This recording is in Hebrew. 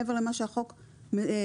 מעבר למה שהחוק קובע,